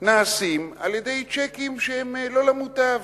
נעשות על-ידי צ'קים שהם לא למוטב.